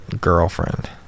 girlfriend